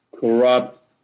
corrupt